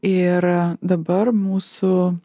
ir dabar mūsų